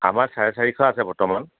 আমাৰ চাৰে চাৰিশ আছে বৰ্তমান